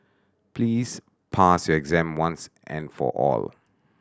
please pass your exam once and for all